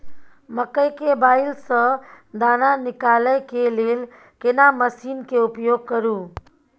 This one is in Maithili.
मकई के बाईल स दाना निकालय के लेल केना मसीन के उपयोग करू?